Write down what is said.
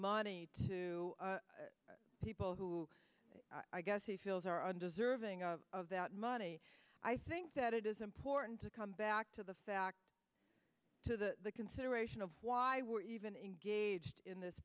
money to people who i guess he feels are undeserving of that money i think that it is important to come back to the fact to the consideration of why we're even engaged in this